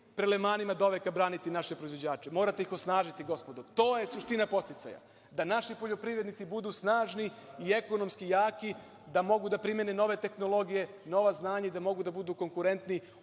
prelevmanima doveka braniti naše proizvođače. Morate ih osnažiti, gospodo. To je suština podsticaja, da naši poljoprivrednici budu snažni i ekonomski jaki da mogu da primene nove tehnologije, nova znanja, i da mogu da budu konkurentni